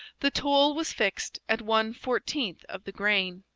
the toll was fixed at one-fourteenth of the grain.